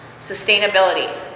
Sustainability